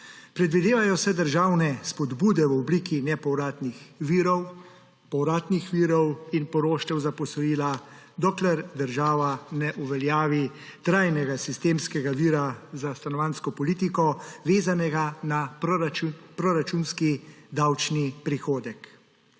Predvidevajo se državne spodbude v obliki nepovratnih virov, povratnih virov in poroštev za posojila, dokler država ne uveljavi trajnega sistemskega vira za stanovanjsko politiko, vezanega na proračunski davčni prihodek.